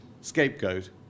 scapegoat